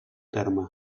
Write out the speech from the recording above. terme